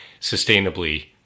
sustainably